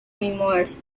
memoirs